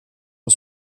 aux